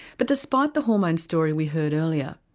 but despite the hormone story we heard earlier,